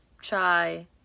chai